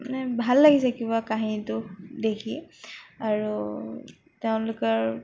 মানে ভাল লাগিছে কিবা কাহিনীটো দেখি আৰু তেওঁলোকৰ